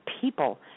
people